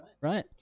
right